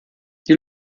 die